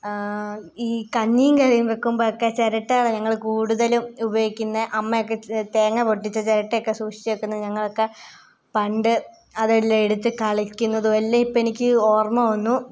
ഈ കഞ്ഞിയും കറിയും വെക്കുമ്പോളൊക്കെ ചിരട്ടകൾ ഞങ്ങൾ കൂടുതലും ഉപയോഗിക്കുന്നെ അമ്മയൊക്കെ തേങ്ങ പൊട്ടിച്ചാൽ ചിരട്ടയൊക്കെ സൂക്ഷിച്ചു വെക്കുന്നത് ഞങ്ങളൊക്കെ പണ്ട് അതെല്ലാം എടുത്തു കളിക്കുന്നതുമെല്ലാം ഇപ്പം എനിക്ക് ഓർമ്മ വന്നു